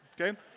okay